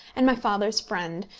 and my father's friend,